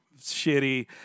Shitty